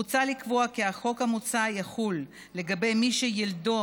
מוצע לקבוע כי החוק המוצע יחול לגבי מי שילדו